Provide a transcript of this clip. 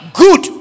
good